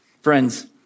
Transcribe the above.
friends